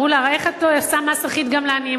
אמרו לה: איך את עושה מס אחיד גם לעניים?